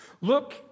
Look